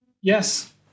Yes